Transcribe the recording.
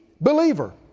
believer